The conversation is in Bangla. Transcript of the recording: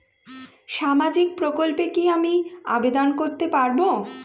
সামাজিক প্রকল্পে কি আমি আবেদন করতে পারবো?